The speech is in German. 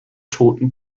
toten